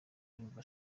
yumva